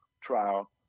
trial